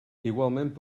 igualment